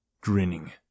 Grinning